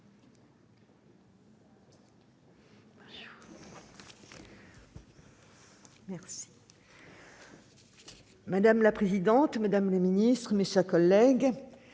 Madame la présidente, madame la ministre, mes chers collègues,